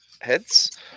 Heads